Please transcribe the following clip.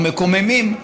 או מקוממים,